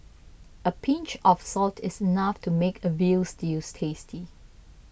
a pinch of salt is enough to make a Veal Stew tasty